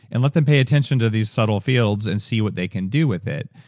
and let them pay attention to these subtle fields, and see what they can do with it.